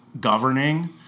governing